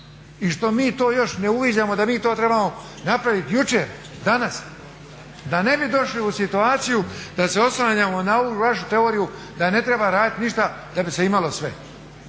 i što mi to još ne uviđamo da mi to trebamo napraviti jučer, danas da ne bi došli u situaciju da se oslanjamo na ovu vašu teoriju da ne treba raditi ništa da bi se imalo sve.